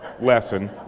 lesson